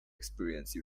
experience